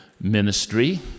ministry